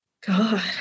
God